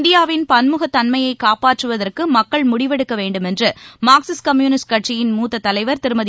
இந்தியாவின் பன்முகத்தன்மையகாப்பாற்றுவதற்குமக்கள் முடிவெடுக்கவேண்டுமென்றுமார்க்சிஸ்ட் கம்யூனிஸ்ட் கட்சியின் மூத்ததலைவர் திருமதி